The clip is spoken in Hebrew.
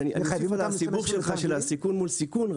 אז אני מוסיף לסיבוך שלך של הסיכון מול סיכון,